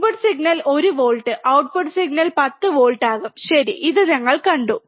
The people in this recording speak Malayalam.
input signal 1 volt output signal 10 volt ആകും ശരി ഇത് ഞങ്ങൾ കണ്ടു